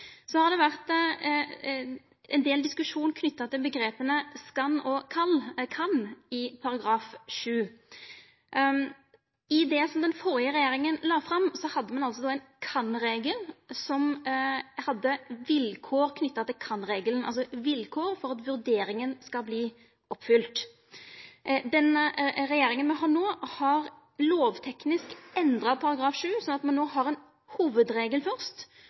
Så har det vore ein del diskusjon knytt til omgrepa «skal» og «kan» i § 7. I det den førre regjeringa la fram, hadde ein altså ein kan-regel som hadde vilkår knytt til seg – vilkår for at vurderinga skal verta oppfylt. Den regjeringa me har no, har lovteknisk endra § 7, sånn at me no har ein hovudregel først,